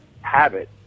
habit